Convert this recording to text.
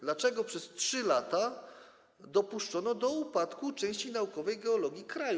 Dlaczego przez 3 lata dopuszczano do upadku części naukowej geologii kraju?